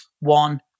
One